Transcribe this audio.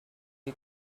you